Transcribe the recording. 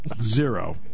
Zero